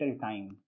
time